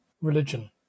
religion